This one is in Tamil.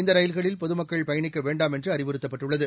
இந்த ரயில்களில் பொதுமக்கள் பயணிக்க வேண்டாம் என்று அறிவுறுத்தப்பட்டுள்ளது